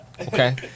Okay